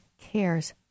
cares